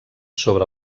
sobre